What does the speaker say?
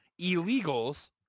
illegals